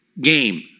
game